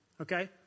okay